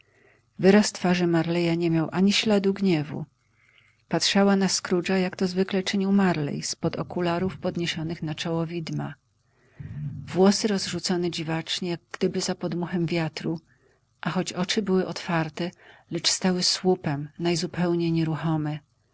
wyraz twarzy marleya nie miał ani śladu gniewu patrzała na scroogea jak to zwykle czynił marley z pod okularów podniesionych na czoło widma włosy rozrzucone dziwacznie jak gdyby za podmuchem wiatru a choć oczy były otwarte lecz stały słupem najzupełniej nieruchome